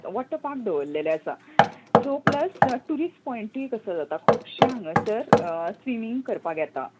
water park दवरलेले आसा so plus tourist पॉयंटूय तसो जाता खुबशे हांगा सर स्विमींग करपाक येतात